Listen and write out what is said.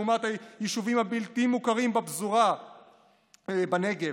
לעומת היישובים הבלתי-מוכרים בפזורה בנגב.